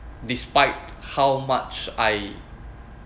despite how much I